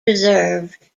preserved